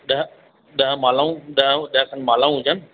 ॾह ॾह मालाऊं ॾह ॾह खनि मालाऊं हुजनि